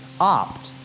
opt